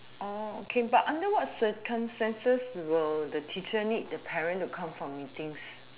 oh okay but under what the circumstances will the teacher need the parents to come for meetings